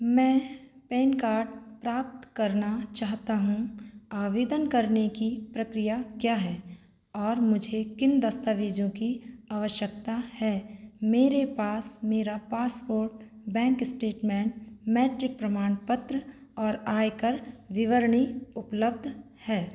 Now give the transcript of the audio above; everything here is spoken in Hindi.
मैं पैन कार्ड प्राप्त करना चाहता हूँ आवेदन करने की प्रक्रिया क्या है और मुझे किन दस्तावेज़ों की आवश्यकता है मेरे पास मेरा पासपोर्ट बैंक एस्टेटमेन्ट मैट्रिक प्रमाणपत्र और आयकर विवरणी उपलब्ध है